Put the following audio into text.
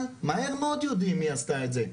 אבל מהר מאוד יודעים מי עשה את זה.